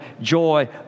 joy